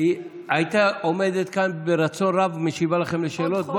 היא הייתה עומדת כאן ברצון רב ומשיבה לכם לשאלות.